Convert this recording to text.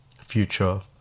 future